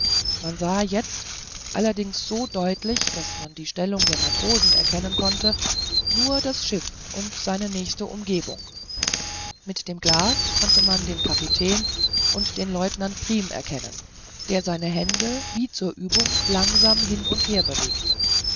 man sah jetzt allerdings so deutlich daß man die stellung der matrosen erkennen konnte nur das schiff und seine nächste umgebung mit dem glas konnte man den kapitän und den leutnant prim erkennen der seine hände wie zur übung langsam hin und her bewegte